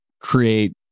create